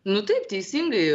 nu taip teisingai